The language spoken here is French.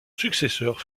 successeur